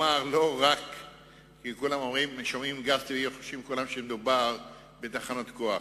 כולם שומעים גז טבעי וחושבים שמדובר בתחנות כוח.